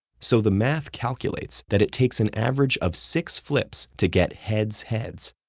so the math calculates that it takes an average of six flips to get heads heads,